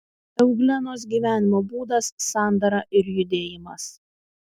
euglenos gyvenimo būdas sandara ir judėjimas